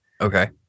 Okay